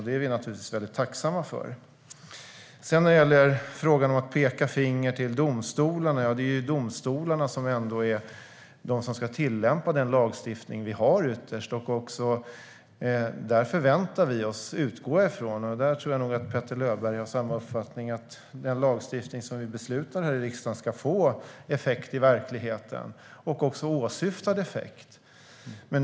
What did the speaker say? Det är vi naturligtvis tacksamma för. När det gäller att peka finger åt domstolarna är det ändå domstolarna som ytterst ska tillämpa den lagstiftning vi har. Vi förväntar oss att den lagstiftning som vi beslutar om här i riksdagen ska få effekt i verkligheten, även åsyftad effekt. Jag utgår från att Petter Löberg har samma uppfattning.